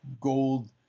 gold